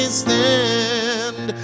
stand